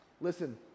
listen